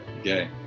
Okay